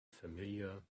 familiar